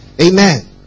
Amen